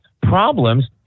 problems